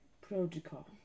protocol